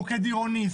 מוקד עירוני,